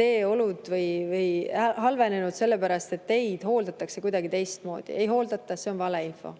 teeolud halvenenud sellepärast, et teid hooldatakse kuidagi teistmoodi. Ei hooldata, see on valeinfo.